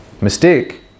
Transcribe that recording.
mistake